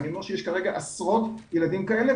ואני אומר שיש כאלה עשרות ילדים כאלה,